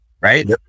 Right